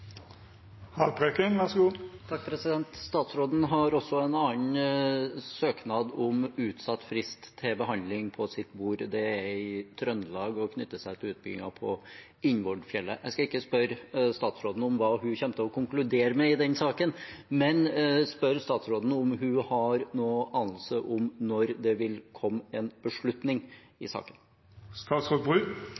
Statsråden har også en annen søknad om utsatt frist til behandling på sitt bord. Det er i Trøndelag og knytter seg til utbyggingen på Innvordfjellet. Jeg skal ikke spørre statsråden om hva hun kommer til å konkludere med i den saken, men jeg spør statsråden om hun har noen anelse om når det vil komme en beslutning i